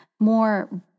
more